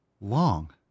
long